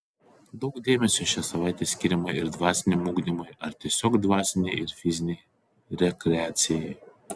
daug dėmesio šią savaitę skiriama ir dvasiniam ugdymui ar tiesiog dvasinei ir fizinei rekreacijai